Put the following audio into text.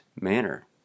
manner